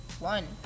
one